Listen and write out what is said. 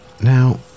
Now